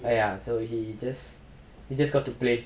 err ya so he just he just got to play